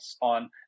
on